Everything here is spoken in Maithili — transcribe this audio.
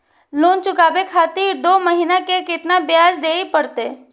लोन चुकाबे खातिर दो महीना के केतना ब्याज दिये परतें?